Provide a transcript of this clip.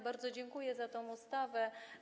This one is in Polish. Bardzo dziękuję za tę ustawę.